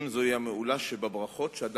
בבקשה.